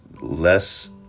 less